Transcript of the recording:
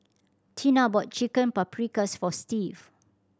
Tina bought Chicken Paprikas for Steve